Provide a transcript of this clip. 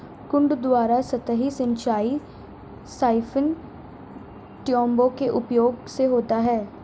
कुंड द्वारा सतही सिंचाई साइफन ट्यूबों के उपयोग से होता है